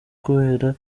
kubera